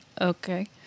Okay